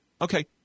okay